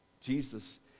Jesus